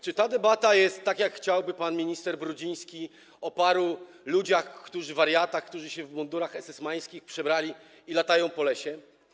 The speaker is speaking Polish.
Czy ta debata jest, tak jak chciałby pan minister Brudziński, o paru ludziach, wariatach, którzy się w mundury esesmańskie przebrali i latają po lesie?